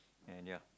and ya